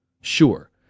sure